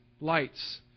lights